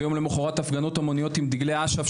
יום למוחרת הפגנות המוניות עם דגלי אש"ף.